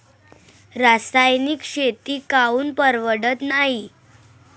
रासायनिक शेती काऊन परवडत नाई?